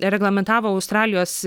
reglamentavo australijos